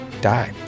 die